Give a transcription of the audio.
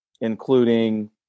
including